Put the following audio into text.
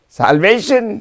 salvation